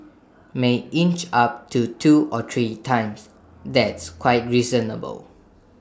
may inch up to two or three times that's quite reasonable